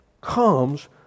comes